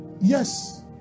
Yes